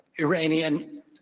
Iranian